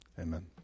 Amen